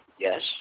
Yes